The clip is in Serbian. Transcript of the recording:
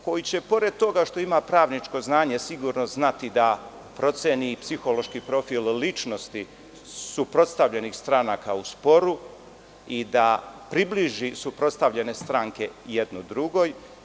Koji će pored toga što ima pravničko znanje sigurno znati da proceni psihološki profil ličnosti suprotstavljenih stranaka u sporu i da približi suprotstavljene stranke jedne drugoj.